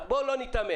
אז בואו לא ניתמם.